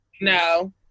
No